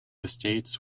estates